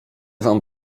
wam